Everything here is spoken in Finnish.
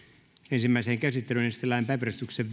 ensimmäiseen käsittelyyn esitellään päiväjärjestyksen